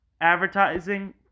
advertising